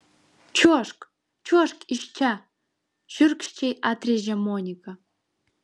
čiuožk čiuožk iš čia šiurkščiai atrėžė monika